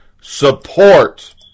support